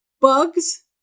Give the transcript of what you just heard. Bugs